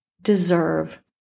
deserve